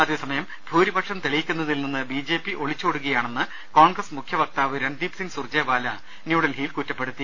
അതേസമയം ഭൂരിപക്ഷം തെളിയി ക്കുന്നതിൽ നിന്ന് ബി ജെ പി ഒളിച്ചോടുകയാണെന്ന് കോൺഗ്രസ് മുഖ്യ വക്താവ് രൺദീപ് സിംഗ് സുർജേവാല ന്യൂഡൽഹിയിൽ കുറ്റപ്പെടു ത്തി